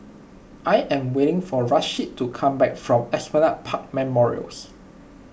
I am waiting for Rasheed to come back from Esplanade Park Memorials